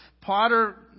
Potter